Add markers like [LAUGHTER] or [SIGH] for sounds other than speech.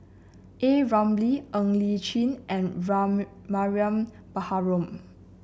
A Ramli Ng Li Chin and [UNINTELLIGIBLE] Mariam Baharom